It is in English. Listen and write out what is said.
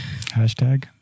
Hashtag